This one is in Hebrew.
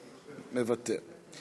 מוותר,